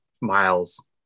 miles